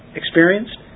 experienced